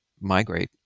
migrate